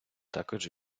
також